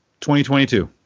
2022